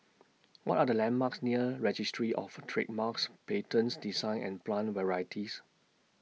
What Are The landmarks near Registries of Trademarks Patents Designs and Plant Varieties